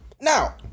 Now